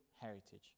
heritage